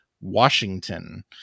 Washington